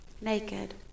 naked